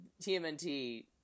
TMNT